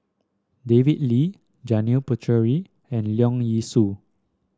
David Lee Janil Puthucheary and Leong Yee Soo